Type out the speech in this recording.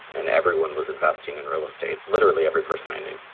and everyone was investing in real estate, literally every person i knew,